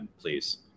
please